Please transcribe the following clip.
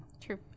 true